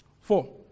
Four